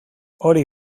hori